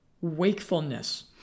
wakefulness